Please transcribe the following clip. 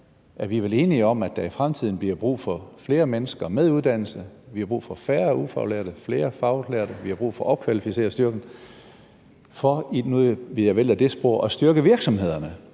at vi vel er enige om, at der i fremtiden bliver brug for flere mennesker med uddannelse, at vi har brug for færre ufaglærte og flere faglærte og har brug for at opkvalificere styrken, for – nu vil jeg vælge det spor – at styrke virksomhederne.